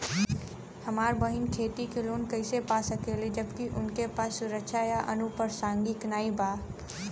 हमार बहिन खेती के लोन कईसे पा सकेली जबकि उनके पास सुरक्षा या अनुपरसांगिक नाई बा?